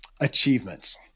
Achievements